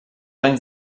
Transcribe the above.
anys